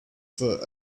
for